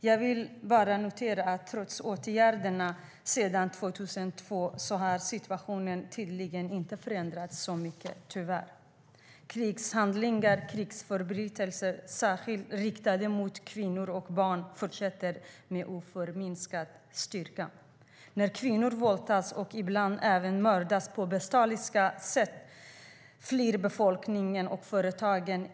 Jag kan bara notera att trots att det har vidtagits åtgärder sedan år 2002 har situationen tydligen inte förändrats, tyvärr. Krigshandlingar, krigsförbrytelser särskilt riktade mot kvinnor och barn fortsätter med oförminskad styrka. När kvinnor våldtagits och ibland även mördats på ett bestialiskt sätt flyr befolkningen och företagen.